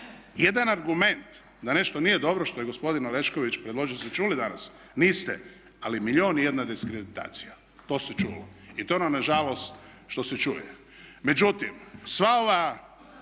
Jedan argument da nešto nije dobro što je gospodin Orešković predložio, jeste čuli danas, niste, ali milijun i jedna diskreditacija. To se čulo. I to je ono nažalost što se čuje. Međutim, sva ova